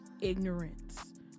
ignorance